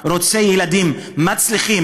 רוצה ילדים מצליחים,